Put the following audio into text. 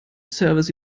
service